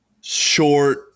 short